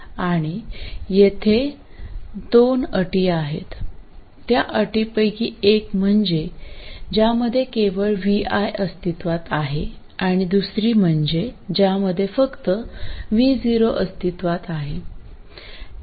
आणि येथे दोन अटी आहेत त्या अटी पैकी एक म्हणजे ज्यामध्ये केवळ vi अस्तित्वात आहे आणि दुसरी म्हणजे ज्यामध्ये फक्त v0 अस्तित्वात आहे